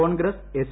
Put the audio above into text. Congress S